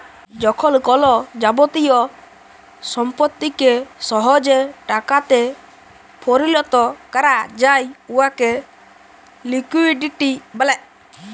যখল কল যাবতীয় সম্পত্তিকে সহজে টাকাতে পরিলত ক্যরা যায় উয়াকে লিকুইডিটি ব্যলে